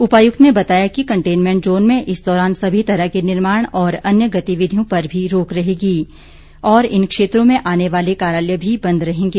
उपायुक्त ने बताया कि कंटेनमेंट जोन में इस दौरान सभी तरह के निर्माण और अन्य गतिविधियों पर भी रोक रहेगी और इन क्षेत्रों में आने वाले कार्यालय भी बंद रहेंगें